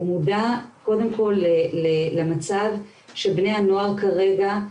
הוא מודע קודם כל למצב של בני הנוער כרגע.